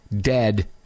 dead